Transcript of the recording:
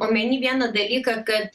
omeny vieną dalyką kad